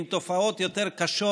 עם תופעות יותר קשות.